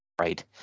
Right